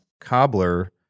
Cobbler